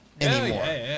anymore